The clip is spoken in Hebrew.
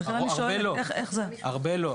הרבה מהם לא.